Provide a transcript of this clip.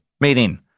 meaning